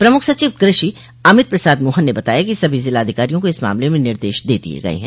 प्रमुख सचिव कृषि अमित प्रसाद मोहन ने बताया है कि सभी जिलाधिकारियों को इस मामले में निर्देश दे दिये गये हैं